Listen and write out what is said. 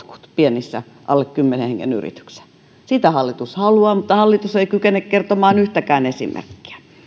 pienissä alle kymmenen hengen yrityksissä sitä hallitus haluaa mutta hallitus ei kykene kertomaan yhtäkään esimerkkiä